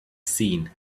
seen